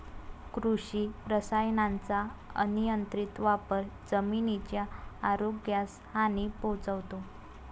कृषी रसायनांचा अनियंत्रित वापर जमिनीच्या आरोग्यास हानी पोहोचवतो